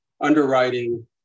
underwriting